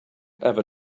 ever